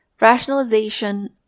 rationalization